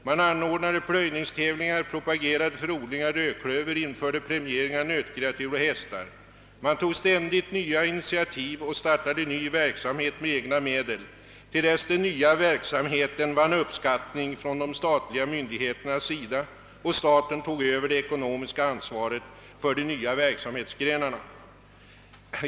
Man anordnade plöjningstävlingar och propagerade för odling av rödklöver, man införde premiering av nötkreatur och hästar, man tog ständigt nya initiativ och startade ny verksamhet med egna medel till dess den nya verksamheten vann de statliga myndigheternas uppskattning och staten övertog det ekonomiska ansvaret för de nya verksamhetsgrenarna.